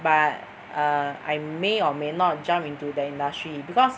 but err I may or may not jump into the industry because